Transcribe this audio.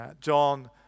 John